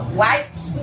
wipes